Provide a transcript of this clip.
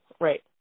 right